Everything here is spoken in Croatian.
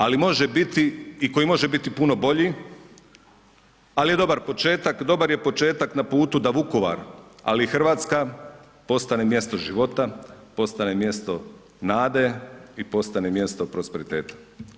Ali, može biti i koji može biti puno bolji, ali je dobar početak, dobar je početak na putu da Vukovar, ali i Hrvatska postane mjesto života, postane mjesto nade i postane mjesto prosperiteta.